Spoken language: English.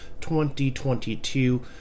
2022